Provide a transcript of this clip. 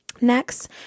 next